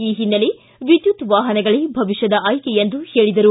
ಈ ಹಿನ್ನೆಲೆ ವಿದ್ಯುತ್ ವಾಹನಗಳೇ ಭವಿಷ್ಯದ ಆಯ್ಕೆ ಎಂದರು